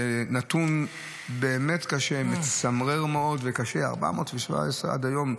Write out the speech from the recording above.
זה נתון באמת קשה, מצמרר מאוד וקשה, 417 עד היום.